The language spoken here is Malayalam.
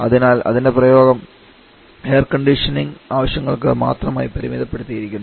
അതിനാൽ അതിന്റെ പ്രയോഗം എയർകണ്ടീഷനിംഗ് ആവശ്യങ്ങൾക്ക് മാത്രമായി പരിമിതപ്പെടുത്തിയിരിക്കുന്നു